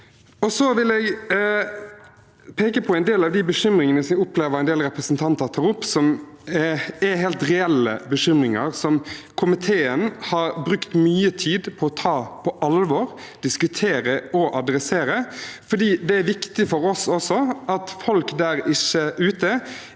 dag. Så vil jeg peke på en del av de bekymringene jeg opplever at en del representanter tar opp, som er helt reelle bekymringer komiteen har brukt mye tid på å ta på alvor, diskutere og gjøre noe med, fordi det er viktig for oss at folk der ute